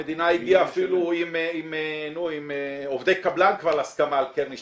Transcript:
המדינה הגיעה אפילו עם עובדי קבלן כבר על הסכמה על קרן השתלמות.